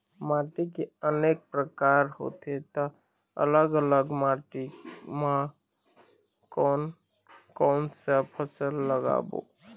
माटी के अनेक प्रकार होथे ता अलग अलग माटी मा कोन कौन सा फसल लगाबो?